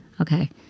Okay